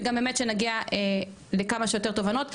וגם באמת שנגיע לכמה שיותר תובנות,